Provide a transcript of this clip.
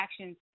actions